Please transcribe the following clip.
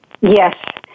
Yes